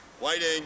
Waiting